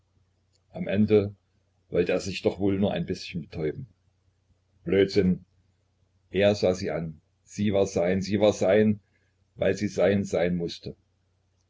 am ende wollte er sich doch wohl nur ein bißchen betäuben blödsinn er sah sie an sie war sein sie war sein weil sie sein sein mußte